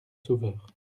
sauveur